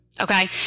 okay